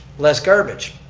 less garbage.